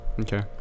Okay